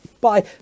Bye